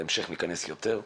ובהמשך ניכנס לכך יותר,